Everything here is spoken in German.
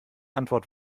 antwort